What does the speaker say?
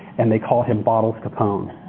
and they called him bottles capone.